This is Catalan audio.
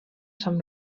sant